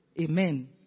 Amen